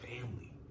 family